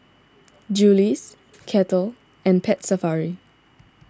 Julie's Kettle and Pet Safari